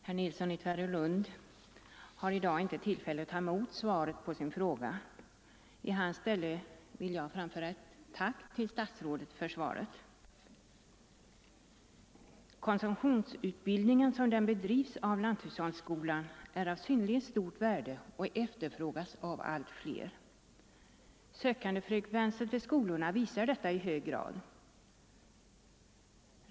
Herr talman! Eftersom herr Nilsson i Tvärålund inte har tillfälle att i dag ta emot svaret på sin fråga vill jag i hans ställe framföra ett tack till statsrådet för svaret. Konsumtionsutbildningen som den bedrivs av lanthushållsskolorna är av synnerligen stort värde och efterfrågas av allt fler. Sökandefrekvensen till skolorna visar detta i hög grad.